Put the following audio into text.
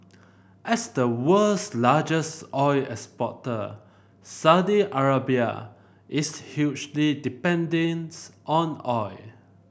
as the world's largest oil exporter Saudi Arabia is hugely on oil